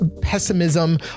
pessimism